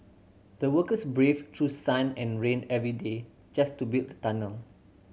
the workers braved through sun and rain every day just to build the tunnel